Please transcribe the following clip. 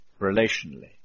relationally